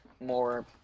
more –